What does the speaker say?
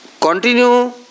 continue